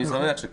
אני שמח שכך.